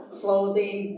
clothing